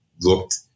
looked